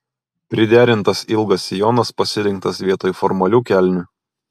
priderintas ilgas sijonas pasirinktas vietoj formalių kelnių